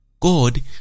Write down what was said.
God